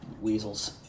Weasels